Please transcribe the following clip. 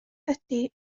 ydy